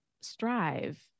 strive